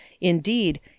Indeed